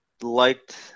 liked